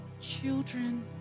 children